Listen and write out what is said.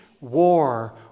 war